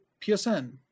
PSN